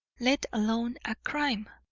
let alone a crime.